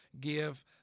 give